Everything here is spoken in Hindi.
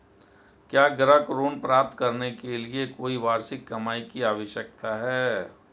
क्या गृह ऋण प्राप्त करने के लिए कोई वार्षिक कमाई की आवश्यकता है?